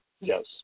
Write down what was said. yes